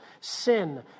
sin